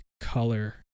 color